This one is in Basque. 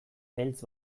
beltz